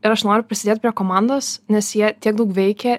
ir aš noriu prisidėt prie komandos nes jie tiek daug veikia